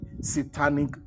satanic